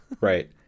right